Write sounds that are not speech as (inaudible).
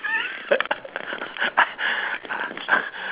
(laughs)